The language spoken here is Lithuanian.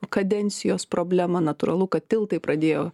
kadencijos problema natūralu kad tiltai pradėjo